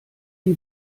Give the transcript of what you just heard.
die